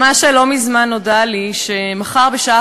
ממש לא מזמן נודע לי שמחר בשעה